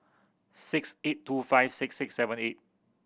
six eight two five six six seven eight